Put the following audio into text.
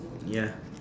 ya